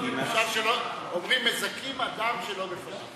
אומרים: מזכים אדם שלא בפניו.